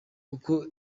uko